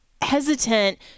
Hesitant